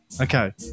Okay